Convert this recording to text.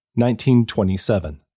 1927